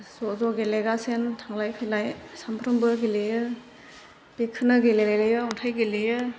ज' ज' गेलेगासिनो थांलाय फैलाय सानफ्रोमबो गेलेयो बेखौनो गेलेयो अन्थाइ गेलेयो